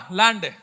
land